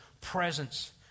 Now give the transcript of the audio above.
presence